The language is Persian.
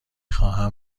خواهم